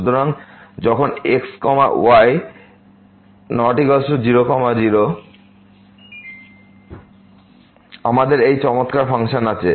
সুতরাং যখন x y ≠ 0 0 আমাদের এই চমৎকার ফাংশন আছে